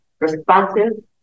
responsive